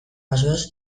bazoaz